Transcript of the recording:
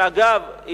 שאגב,